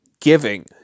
giving